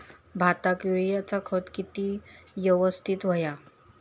भाताक युरियाचा खत किती यवस्तित हव्या?